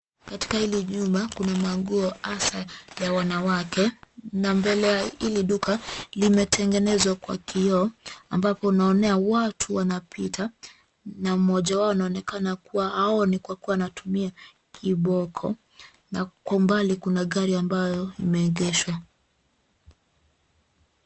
Katika hili jumba, kuna manguo hasa ya wanawake na mbele ili duka limetengenezwa kwa kioo ambapo unaonea watu wanapita na mmoja wao anaonekana kuwa aoni kwa kuwa anatumia kiboko na kwa umbali kuna gari ambayo imeegeshwa.